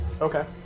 Okay